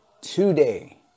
today